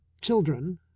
Children